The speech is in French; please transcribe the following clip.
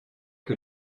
que